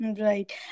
Right